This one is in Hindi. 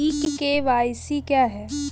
ई के.वाई.सी क्या है?